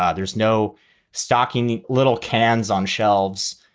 ah there's no stocking little cans on shelves.